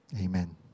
Amen